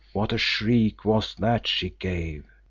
what a shriek was that she gave!